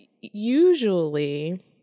usually